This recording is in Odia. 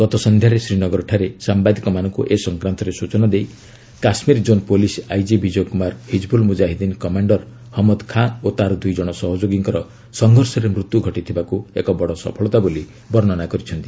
ଗତ ସନ୍ଧ୍ୟାରେ ଶ୍ରୀନଗରଠାରେ ସାମ୍ଭାଦିକମାନଙ୍କୁ ଏ ସଂକ୍ରାନ୍ତରେ ସୂଚନା ଦେଇ Kashmir zone police IG Vijay Kumar Hizbul Mujahideen commander Hamad Khan ଓ ତା'ର ଦୁଇ ଜଣ ସହଯୋଗୀଙ୍କ ସଂଘର୍ଷରେ ମୃତ୍ୟୁ ଘଟିଥିବାକୁ ଏକ ବଡ଼ ସଫଳତା ବୋଲି ବର୍ଷ୍ଣନା କରିଛନ୍ତି